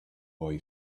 boy